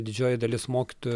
didžioji dalis mokyt